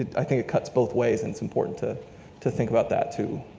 i think it cuts both ways and it's important to to think about that too.